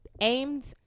aimed